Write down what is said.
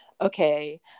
Okay